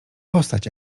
postać